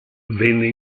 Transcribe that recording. venne